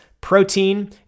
protein